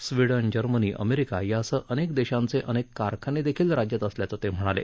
Sweden Germany America यासह अनेक देशांचे अनेक कारखानेदेखील राज्यात असल्याचं ते म्हणाले